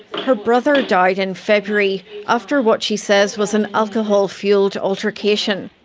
her brother died in february after what she says was an alcohol-fuelled altercation.